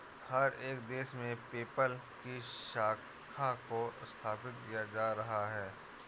हर एक देश में पेपल की शाखा को स्थापित किया जा रहा है